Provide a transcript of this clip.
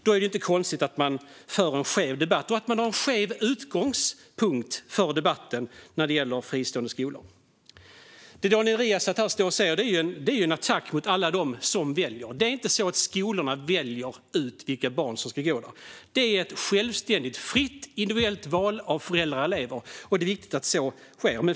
Då är det inte konstigt att man för en skev debatt och har en skev utgångspunkt för debatten när det gäller fristående skolor. Det Daniel Riazat här står och säger är en attack mot alla som väljer. Det är inte så att skolorna väljer ut vilka barn som ska gå där. Det är ett självständigt, fritt, individuellt val av föräldrar och elever, och det är viktigt att det sker.